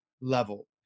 level